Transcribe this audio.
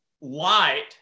light